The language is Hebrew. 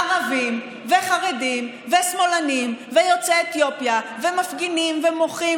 ערבים וחרדים ושמאלנים ויוצאי אתיופיה ומפגינים ומוחים,